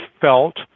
felt